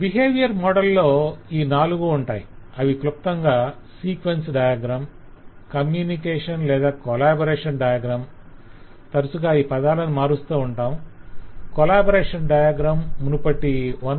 behaviour model లో ఈ నాలుగు ఉంటాయి అవి క్లుప్తంగా సీక్వెన్స్ డయాగ్రం కమ్యూనికేషన్ లేదా కోలాబొరేషన్ డయాగ్రం తరచుగా ఈ పదాలను మారుస్తూ ఉంటాము కోలాబొరేషన్ డయాగ్రం మునుపటి 1